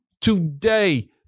today